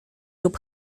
rób